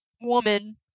woman